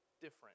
different